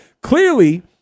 Clearly